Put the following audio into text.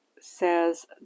says